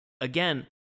again